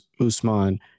Usman